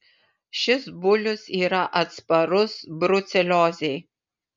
šis bulius yra atsparus bruceliozei